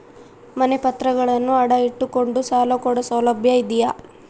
ಮನೆ ಪತ್ರಗಳನ್ನು ಅಡ ಇಟ್ಟು ಕೊಂಡು ಸಾಲ ಕೊಡೋ ಸೌಲಭ್ಯ ಇದಿಯಾ?